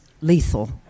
lethal